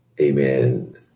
Amen